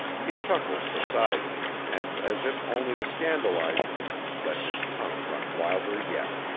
he chuckled beside me and, as if only to scandalize me, let his tongue run wilder yet.